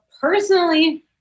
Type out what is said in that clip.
personally